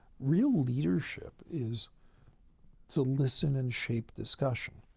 real leadership is to listen and shape discussion.